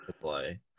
play